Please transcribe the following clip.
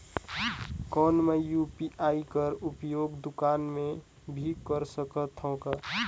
कौन मै यू.पी.आई कर उपयोग दुकान मे भी कर सकथव का?